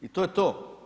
I to je to.